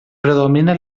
predomina